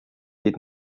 did